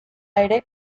ere